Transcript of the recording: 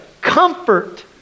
comfort